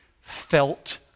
felt